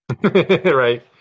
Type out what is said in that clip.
Right